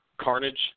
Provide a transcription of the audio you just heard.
Carnage